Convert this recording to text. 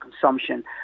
consumption